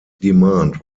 demand